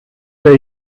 they